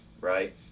right